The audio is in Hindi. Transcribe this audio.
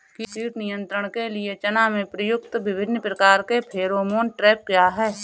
कीट नियंत्रण के लिए चना में प्रयुक्त विभिन्न प्रकार के फेरोमोन ट्रैप क्या है?